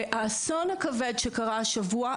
והאסון הכבד שקרה השבוע,